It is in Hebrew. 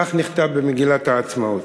כך נכתב במגילת העצמאות.